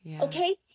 Okay